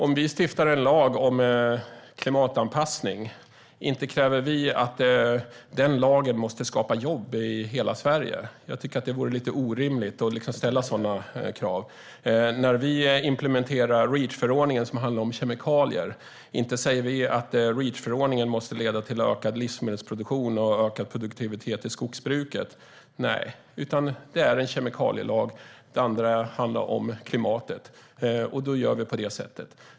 Om vi stiftar en lag om klimatanpassning kräver vi inte att den lagen måste skapa jobb i hela Sverige. Det vore orimligt att ställa sådana krav. När vi implementerar Reachförordningen, som handlar om kemikalier, säger vi inte att Reachförordningen måste leda till ökad livsmedelsproduktion och ökad produktivitet i skogsbruket. Det är ju en kemikalielag. Det andra handlar om klimatet, och då gör vi på det sättet.